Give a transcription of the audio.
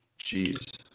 Jeez